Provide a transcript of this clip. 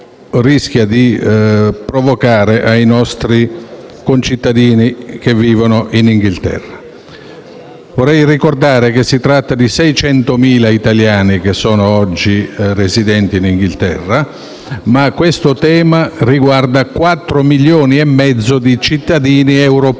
rischia di provocare sui nostri concittadini che vivono in Inghilterra. Vorrei ricordare che circa 600.000 italiani sono oggi residenti in Inghilterra, ma questo tema riguarda 4,5 milioni di cittadini europei,